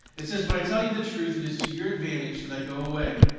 it says, but i tell you the truth, it is to your advantage that i go away.